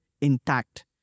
intact